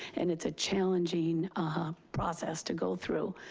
and it's a challenging process to go through.